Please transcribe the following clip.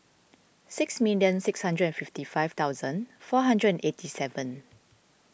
six million six hundred and fifty five thousand four hundred and eighty seven